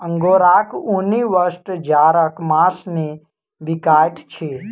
अंगोराक ऊनी वस्त्र जाड़क मास मे बिकाइत अछि